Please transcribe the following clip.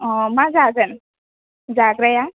अ मा जागोन जाग्राया